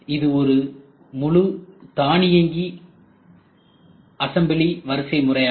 இது ஒரு முழு தானியங்கி அசம்பிளி வரிசைமுறை ஆகும்